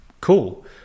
Cool